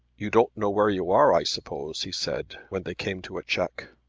you don't know where you are i suppose, he said when they came to a check.